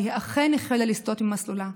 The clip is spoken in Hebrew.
והיא אכן החלה לסטות ממסלולה,